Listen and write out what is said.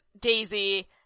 Daisy